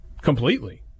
Completely